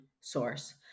source